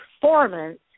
performance